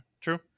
true